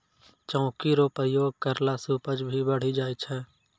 चौकी रो प्रयोग करला से उपज भी बढ़ी जाय छै